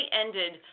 ended